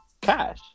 cash